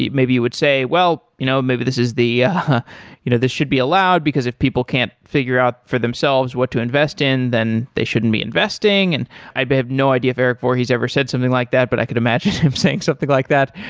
maybe you would say, well you know maybe this is the yeah you know this should be allowed, because if people can't figure out for themselves what to invest in then they shouldn't be investing and i but have no idea if erik voorhees ever said something like that, but i could imagine him saying something like that.